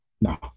No